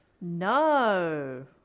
No